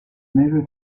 neve